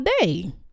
day